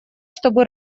чтобы